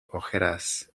ojeras